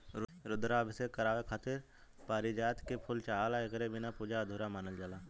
रुद्राभिषेक करावे खातिर पारिजात के फूल चाहला एकरे बिना पूजा अधूरा मानल जाला